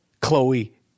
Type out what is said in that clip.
Chloe